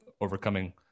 overcoming